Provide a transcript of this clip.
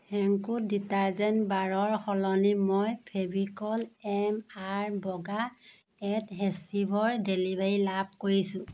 Henko detergent বাৰৰ সলনি মই ফেভিকল এম আৰ বগা এডহেচিভৰ ডেলিভাৰী লাভ কৰিছোঁ